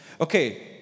Okay